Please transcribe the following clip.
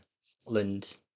Scotland